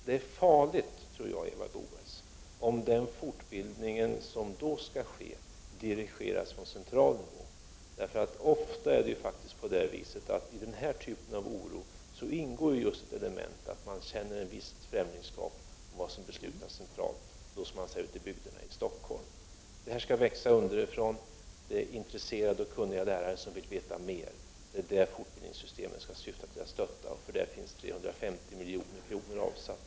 Det är farligt, tror jag, Eva Goöés, om den fortbildning som då skall ske dirigeras från central nivå. I den här typen av oro ingår faktiskt ofta att man känner ett visst främlingskap inför vad som beslutas centralt, inför vad som, som man säger ute i bygderna, beslutas i Stockholm. Det här skall växa underifrån: Det är intresserade och kunniga lärare som vill veta mer. Fortbildningssystemet skall syfta till att stötta det, och för det finns 350 milj.kr. avsatta.